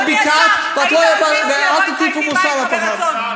ואת מדברת כיחצנות של מישהו.